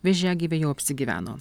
vėžiagyviai jau apsigyveno